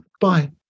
Bye